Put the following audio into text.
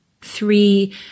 three